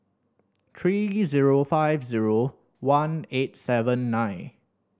three zero five zero one eight seven nine